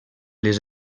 les